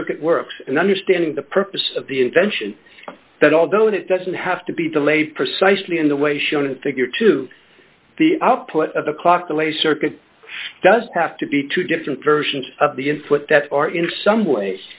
circuit works and understanding the purpose of the invention that although it doesn't have to be delayed precisely in the way shown in figure two the output of a clock delay circuit does have to be two different versions of the input that are in some way